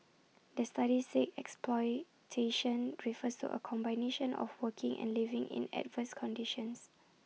the study said exploitation refers to A combination of working and living in adverse conditions